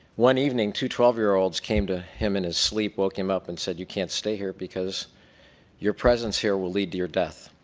one evening, two twelve year olds came to him in his sleep, woke him up and said you can't stay here because your presence here will lead to your death.